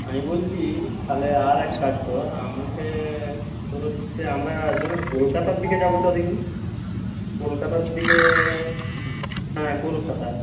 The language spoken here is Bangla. আমি বলছি তাহলে আর এক কাজ কর আমাকে তোর হচ্ছে আমরা দুজনে কলকাতার দিকে যাব চ দেখি নি কলকাতার দিকে হ্যাঁ কলকাতা